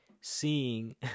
seeing